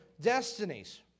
destinies